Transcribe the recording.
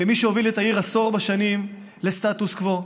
כמי שהוביל את העיר עשור, לסטטוס קוו?